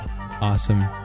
awesome